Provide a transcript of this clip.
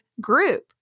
group